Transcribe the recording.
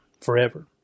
forever